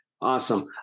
Awesome